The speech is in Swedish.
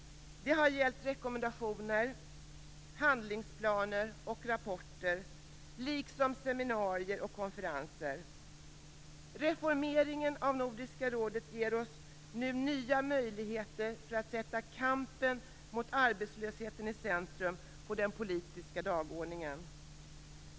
Det har gällt rekommendationer, handlingsplaner och rapporter, liksom seminarier och konferenser. Reformeringen av Nordiska rådet ger oss nya möjligheter att sätta kampen mot arbetslösheten främst på den nordiska dagordningen.